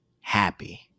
happy